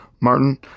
martin